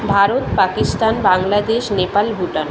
Bharat Pakistan Bangladesh Nepal Bhutan